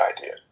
idea